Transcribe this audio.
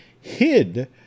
hid